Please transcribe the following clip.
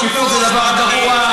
שקיפות זה דבר גרוע.